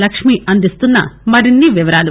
lucky అందిస్తున్న మరిన్ని వివరాలు